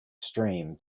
stream